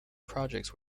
projects